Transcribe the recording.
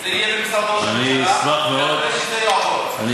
זה יהיה במשרד ראש הממשלה, נקווה שזה יעבור.